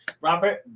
Robert